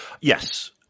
Yes